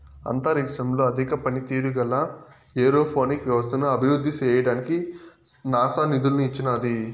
అంతరిక్షంలో అధిక పనితీరు గల ఏరోపోనిక్ వ్యవస్థను అభివృద్ధి చేయడానికి నాసా నిధులను ఇచ్చినాది